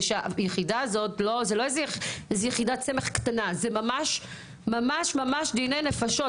זאת לא יחידת סמך קטנה זה ממש דיני נפשות.